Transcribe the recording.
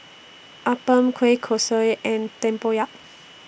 Appam Kueh Kosui and Tempoyak